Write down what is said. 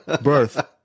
birth